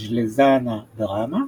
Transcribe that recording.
ז'לזנה-בראמה,